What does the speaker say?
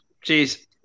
Cheers